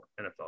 nfl